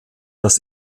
das